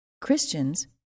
Christians